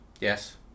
yes